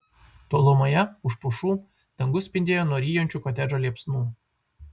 tolumoje už pušų dangus spindėjo nuo ryjančių kotedžą liepsnų